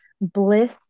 bliss